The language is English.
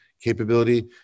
capability